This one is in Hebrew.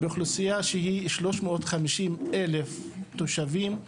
זו אוכלוסייה שהיא 350 אלף תושבים,